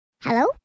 Hello